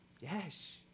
Yes